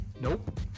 Nope